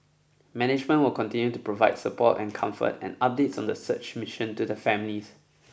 management will continue to provide support and comfort and updates on the search mission to the families